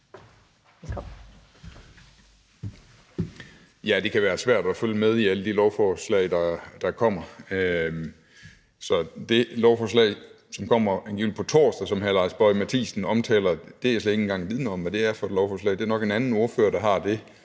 Ja, det kan være svært at følge med i alle de lovforslag, der kommer. Så det lovforslag, der angiveligt kommer på torsdag, og som hr. Lars Boje Mathiesen omtaler, er jeg slet ikke engang vidende om hvad er for et lovforslag. Det er nok en anden ordfører, der har det.